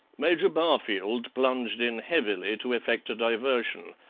major barfield plunged in heavily to effect a diversion.